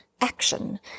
action